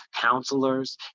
counselors